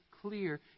clear